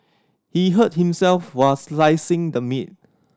he hurt himself while slicing the meat